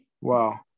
wow